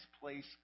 place